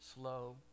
Slow